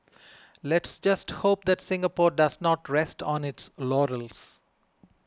let's just hope that Singapore does not rest on its laurels